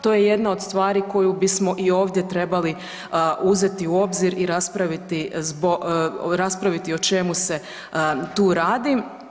To je jedna od stvari koju bismo i ovdje trebali uzeti u obzir i raspraviti, raspraviti o čemu se tu radi.